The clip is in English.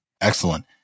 Excellent